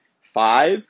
five